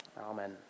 Amen